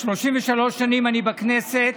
33 שנים אני בכנסת.